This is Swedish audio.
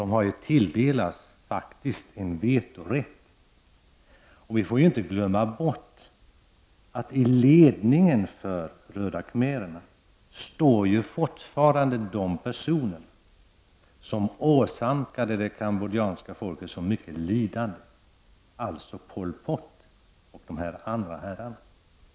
De har faktiskt tilldelats en vetorätt. Vi får inte glömma bort att i ledningen för de röda khmererna står fortfarande de personer som åsamkade det cambodjanska folket så mycket lidande, dvs. Pol Pot och de andra herrarna.